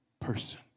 person